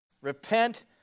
Repent